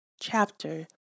chapter